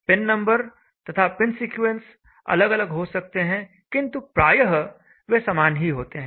pin number तथा pin sequence अलग अलग हो सकते हैं किंतु प्रायः वे समान ही होते हैं